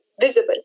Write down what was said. visible